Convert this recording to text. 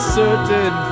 certain